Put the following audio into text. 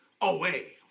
away